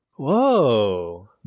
Whoa